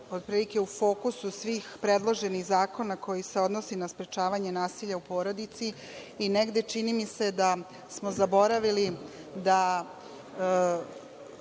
u fokusu svih predloženih zakona koji se odnosi na sprečavanje nasilja u porodici i negde čini mi se da smo zaboravili da